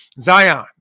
Zion